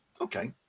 Okay